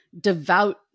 devout